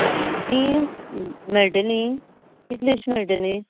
तीं मेळटलीं कितलीं अशीं मेळटलीं